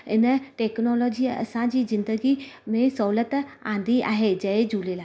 इन टेक्नोलॉजीअ असांजी ज़िंदगी में सहुलियत आंदी आहे जय झूलेलाल